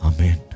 Amen